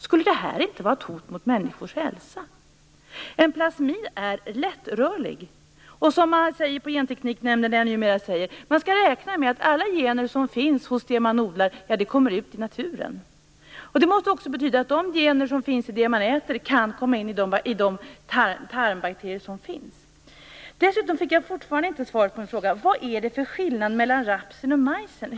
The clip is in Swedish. Skulle inte detta vara ett hot mot människors hälsa? En plasmid är lättrörlig. Gentekniknämnden säger numera att man skall räkna med att alla gener som finns hos det man odlar kommer ut i naturen. Det måste också betyda att de gener som finns i det man äter kan komma in i de tarmbakterier som finns. Jag fick dessutom inte svar på en fråga. Vad är det för skillnad mellan rapsen och majsen?